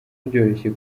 byoroshye